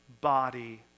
body